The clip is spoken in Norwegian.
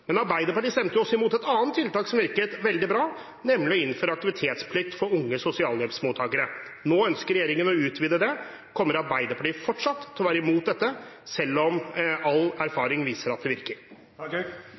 Men Arbeiderpartiet stemte også mot et annet tiltak som virket veldig bra, nemlig det å innføre aktivitetsplikt for unge sosialhjelpsmottakere. Nå ønsker regjeringen å utvide det. Kommer Arbeiderpartiet fortsatt til å være imot dette, selv om all